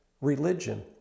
religion